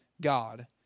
God